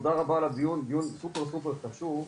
הדיון, דיון סופר חשוב,